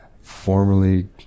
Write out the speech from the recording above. formerly